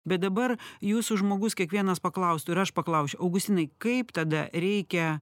bet dabar jūsų žmogus kiekvienas paklaustų ir aš paklausčiau augustinai kaip tada reikia